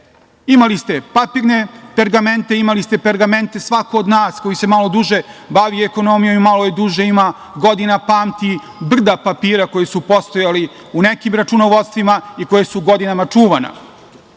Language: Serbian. imali ste papirne pergamente, imali ste pergamente, svako od nas ko se malo duže bavi ekonomijom i malo duže ima godina pamti brda papira koji su postojali u nekim računovodstvima i koja su godinama čuvana. Novi